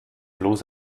bloß